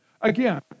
Again